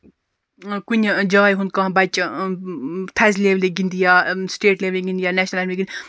کُنہِ جایہِ ہُنٛد کانٛہہ بَچہٕ تھزِ لیٚولہِ گِنٛدِ یا سِٹیٹ لیٚولہِ گِنٛدِ یا نیشنَل لیٚولہِ گِنٛدِ